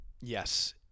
Yes